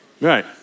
Right